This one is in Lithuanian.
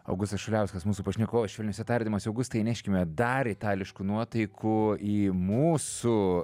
augustas šuliauskas mūsų pašnekovas švelniuose tardymas jau bus tai įneškime dar itališkų nuotaikų į mūsų